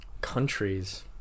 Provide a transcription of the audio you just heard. countries